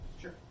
Sure